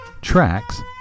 tracks